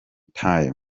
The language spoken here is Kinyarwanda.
times